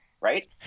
right